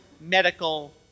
medical